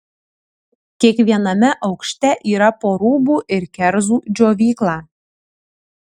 kiekviename aukšte yra po rūbų ir kerzų džiovyklą